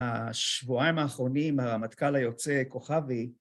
‫השבועיים האחרונים, ‫הרמטכ"ל היוצא, כוכבי